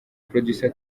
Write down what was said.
producer